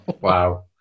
wow